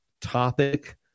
topic